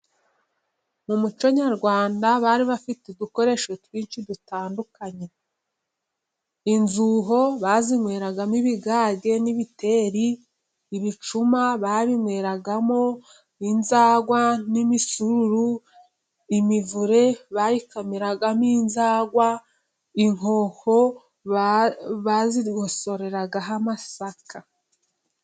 Mu muco nyarwanda, bari bafite udukoresho twinshi dutandukanye, inzuho bazinyweragamo, ibigage n'ibiteri, ibicuma babinyweragamo, inzagwa n'imisuru, imivure bayikamiragamo, inzagwa, inkoko bazigosoreragaho amasaka.